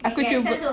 aku cuba